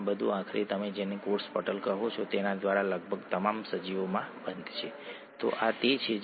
આ આ adenosine triphosphate માટે વપરાય છે આ કોષનું ઊર્જા ચલણ છે